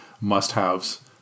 must-haves